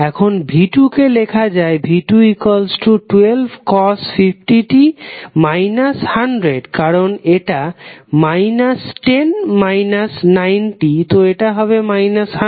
এখন v2 কে লেখা যায় v212 কারণ এটা 10 90 তো এটা হবে 100